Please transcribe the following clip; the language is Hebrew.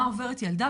מה עוברת ילדה?